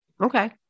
Okay